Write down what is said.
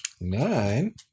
Nine